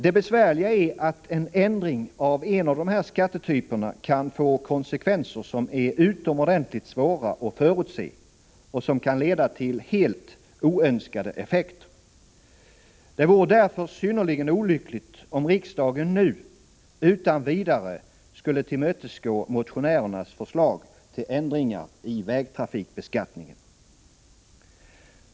Det besvärliga är att en ändring av en av dessa skattetyper kan få konsekvenser som är utomordentligt svåra att förutse och som kan ge helt oönskade effekter. Det vore därför synnerligen olyckligt, om riksdagen nu utan vidare skulle tillmötesgå motionärernas förslag till ändringar i vägtrafikbeskattningen.